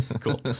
Cool